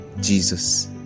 jesus